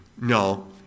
No